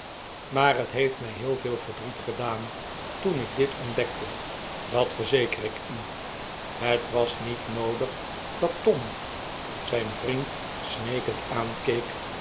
maar het heeft mij heel veel verdriet gedaan toen ik dit ontdekte dat verzeker ik u het was niet noodig dat tom zijn vriend smeekend aankeek